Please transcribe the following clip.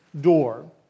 door